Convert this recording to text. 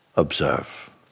Observe